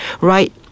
right